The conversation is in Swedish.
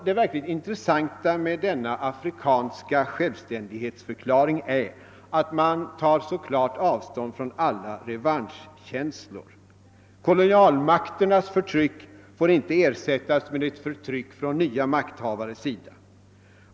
Det verkligt intressanta med denna: afrikanska självständighetsförklaring är att man så klart tar avstånd från alla revanschkänslor. Kolonialmakternas förtryck får inte ersättas av ett förtryck från nya makthavares sida.